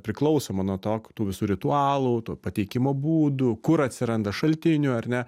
priklausoma nuo to tų visų ritualų pateikimo būdų kur atsiranda šaltinių ar ne